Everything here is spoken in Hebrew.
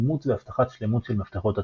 אימות והבטחת שלמות של מפתחות הצפנה.